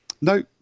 no